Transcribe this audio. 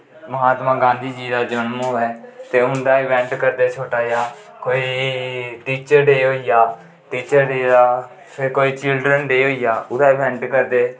महात्मा गांधी जी दा जनम होऐ ते उं'दा इवैंट करदे छोटा जेहा कोई टीचर डे होई जा टीचर डे दा फिर कोई चिल्डर्न डे होई जा ओह्दा इवैंट करदे